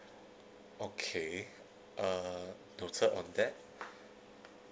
okay uh noted of that